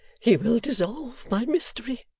he will dissolve my mystery